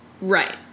Right